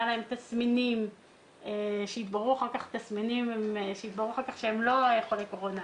להם תסמינים שהתבררו אחר כך שהם לא חולי קורונה